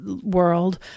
world